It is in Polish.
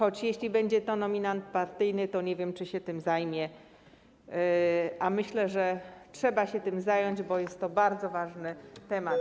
Przy czym jeśli będzie to nominat partyjny, to nie wiem, czy się tym zajmie, a myślę, że trzeba się tym zająć, bo jest to bardzo ważny temat.